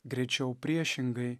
greičiau priešingai